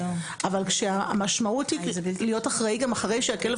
אבל כשהמשמעות היא להיות אחראי גם אחרי שהכלב